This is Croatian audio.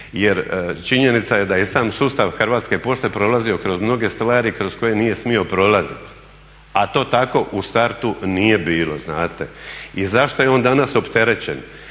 jer činjenica je da je i sam sustav Hrvatske pošte prolazio kroz mnoge stvari kroz koje nije smio prolazit, a to tako u startu nije bilo znate. I zašto je on danas opterećen